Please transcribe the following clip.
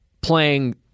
playing